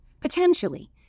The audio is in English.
potentially